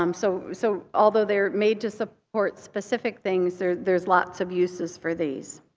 um so so although they're made to support specific things, there's there's lots of uses for these.